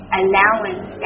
allowance